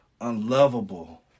unlovable